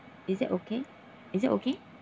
is it okay is it okay